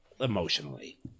emotionally